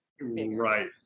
Right